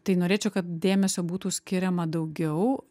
tai norėčiau kad dėmesio būtų skiriama daugiau